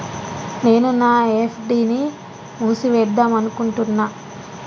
నేను నా ఎఫ్.డి ని మూసివేద్దాంనుకుంటున్న